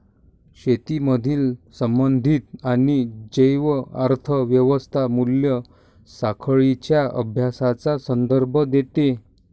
शेतीमधील संबंधित आणि जैव अर्थ व्यवस्था मूल्य साखळींच्या अभ्यासाचा संदर्भ देते